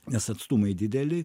nes atstumai dideli